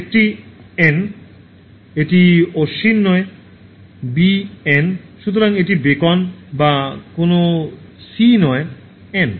একটি এন এটি অশ্বিন নয় বি এন সুতরাং এটি বেকন বা কোনও সি নয় এন